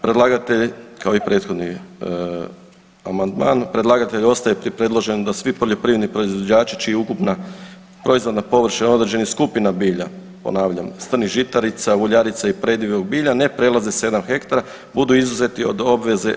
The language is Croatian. Predlagatelj kao i prethodni amandman, predlagatelj ostaje pri predloženom da svi poljoprivredni proizvođači čija ukupna proizvodna površina određenih skupina bilja, ponavljam strnih žitarica, uljarica i predivog bilja ne prelaze 7 hektara, budu izuzeti od obveze